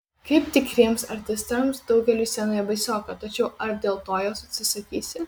kaip tikriems artistams daugeliui scenoje baisoka tačiau ar dėl to jos atsisakysi